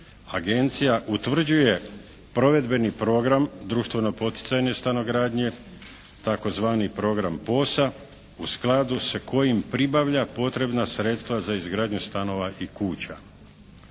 Agencija utvrđuje provedbeni program društveno poticajne stanogradnje tzv. program POS-a u skladu sa kojim pribavlja potrebna sredstva za izgradnju stanova i kuća.